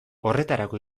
horretarako